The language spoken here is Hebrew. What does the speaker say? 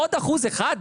עוד אחוז אחד,